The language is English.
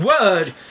word